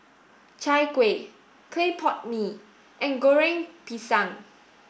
Chai Kuih Clay Pot Mee and Goreng Pisang